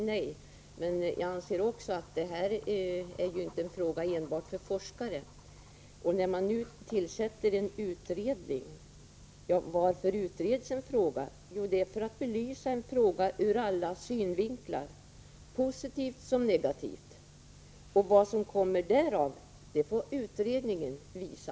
Herr talman! På den frågan kan jag svara direkt nej — men jag anser inte att detta är en fråga enbart för forskare. När en utredning nu tillsätts kan man ställa frågan: Varför utreds en sak? Jo, för att den skall belysas ur alla synvinklar, positivt och negativt. Vad som blir resultatet därav får utredningens betänkande visa.